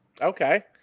Okay